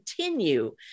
continue